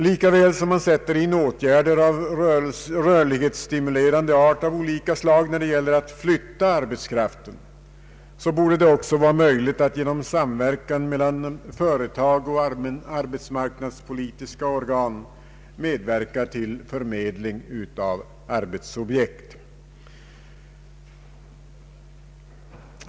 Lika väl som man sätter in åtgärder av rörlighetsstimulerande art av olika slag när det gäller att flytta arbetskraft, borde det vara möjligt att genom samverkan mellan företag och arbetsmarknadspolitiska organ medverka till förmedling av arbetsobjekt.